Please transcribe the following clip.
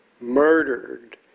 murdered